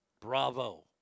Bravo